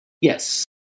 Yes